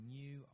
new